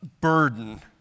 burden